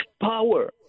power